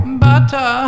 butter